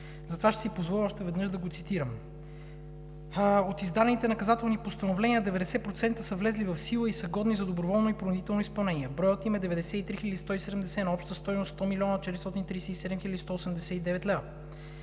Затова ще си позволя още веднъж да го цитирам: „От издадените наказателни постановления 90% са влезли в сила и са годни за доброволно и принудително изпълнение. Броят им е 93 170 на обща стойност 100 437 189 лв.